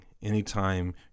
Anytime